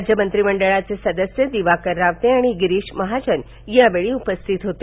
राज्य मंत्रिमडळाचे सदस्य दिवाकर रावते आणि गिरीश महाजन यावेळी उपस्थित होते